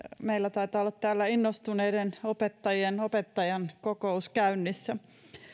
meillä taitaa olla täällä innostuneiden opettajien opettajainkokous käynnissä